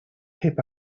hip